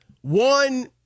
One